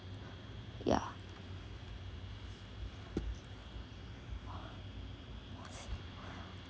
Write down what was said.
yeah